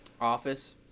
office